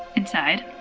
inside.